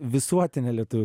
visuotinė lietuvių